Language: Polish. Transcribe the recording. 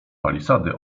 palisady